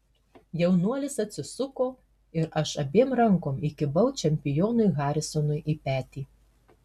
jaunuolis atsisuko ir aš abiem rankom įkibau čempionui harisonui į petį